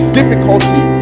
difficulty